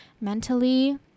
mentally